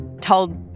told